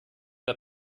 der